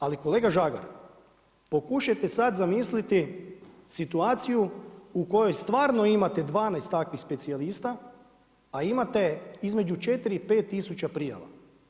Ali kolega Žagar, pokušajte sad zamisliti situaciju u kojoj stvarno imate 12 takvih specijalista a imate između 4 i 5 tisuća prijava.